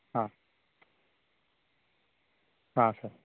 ಹಾಂ ಹಾಂ ಸರ್